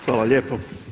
Hvala lijepo.